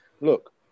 look